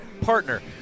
partner